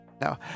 No